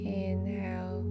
inhale